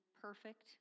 perfect